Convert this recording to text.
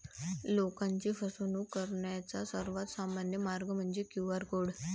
लोकांची फसवणूक करण्याचा सर्वात सामान्य मार्ग म्हणजे क्यू.आर कोड